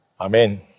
Amen